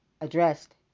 addressed